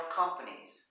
companies